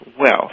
wealth